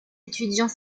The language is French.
étudiants